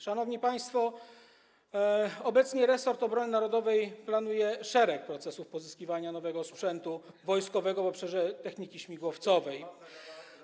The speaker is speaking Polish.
Szanowni państwo, obecnie resort obrony narodowej planuje szereg procesów pozyskiwania nowego sprzętu wojskowego w obszarze techniki śmigłowcowej.